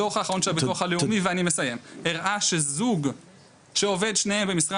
הדו"ח האחרון של הביטוח הלאומי הראה שזוג שעובד שניהם במשרה